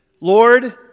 Lord